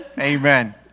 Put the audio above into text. Amen